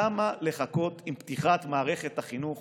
למה לחכות עם פתיחת מערכת החינוך